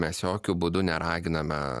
mes jokiu būdu neraginame